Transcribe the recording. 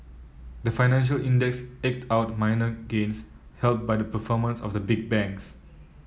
the financial index eked out minor gains helped by the performance of the big banks